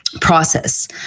process